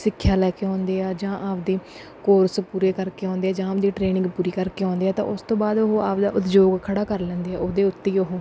ਸਿੱਖਿਆ ਲੈ ਕੇ ਆਉਂਦੇ ਆ ਜਾਂ ਆਪਦੇ ਕੋਰਸ ਪੂਰੇ ਕਰਕੇ ਆਉਂਦੇ ਜਾਂ ਆਪਦੀ ਟ੍ਰੇਨਿੰਗ ਪੂਰੀ ਕਰਕੇ ਆਉਂਦੇ ਆ ਤਾਂ ਉਸ ਤੋਂ ਬਾਅਦ ਉਹ ਆਪਦਾ ਉਦਯੋਗ ਖੜ੍ਹਾ ਕਰ ਲੈਂਦੇ ਆ ਉਹਦੇ ਉੱਤੇ ਹੀ ਉਹ